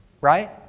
Right